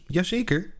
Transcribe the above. Jazeker